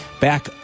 back